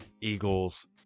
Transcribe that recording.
Eagles